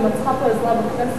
ואם את צריכה פה עזרה בכנסת,